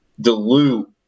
dilute